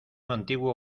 antiguo